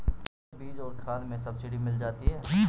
क्या बीज और खाद में सब्सिडी मिल जाती है?